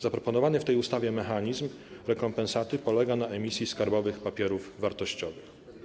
Zaproponowany w tej ustawie mechanizm rekompensaty polega na emisji skarbowych papierów wartościowych.